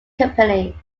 company